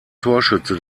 torschütze